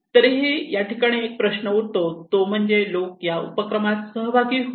तरीही या ठिकाणी एक प्रश्न उरतो तो म्हणजे लोक या उपक्रमात सहभागी का होतील